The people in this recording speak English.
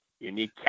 unique